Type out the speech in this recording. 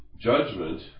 judgment